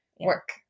work